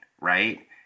right